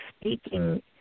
speaking